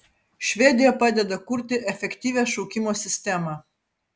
švedija padeda kurti efektyvią šaukimo sistemą